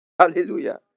Hallelujah